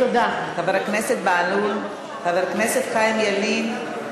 חבר הכנסת חיים ילין.